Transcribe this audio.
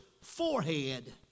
forehead